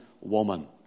woman